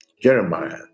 Jeremiah